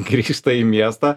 grįžta į miestą